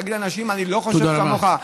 להגיד לאנשים: אני לא חושב כמוך,